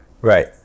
right